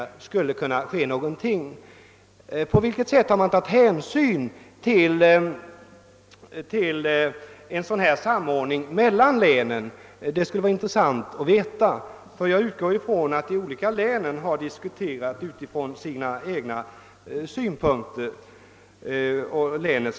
Det skulle vara intressant att veta på vilket sätt man har tagit hänsyn till en sådan samordning mellan länen. Jag utgår från att man inom de olika länen diskuterat sina läns förhållanden från sina egna synpunkter.